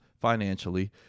financially